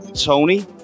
Tony